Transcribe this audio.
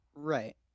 Right